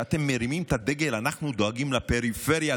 שמרימים את הדגל: אנחנו דואגים לפריפריה,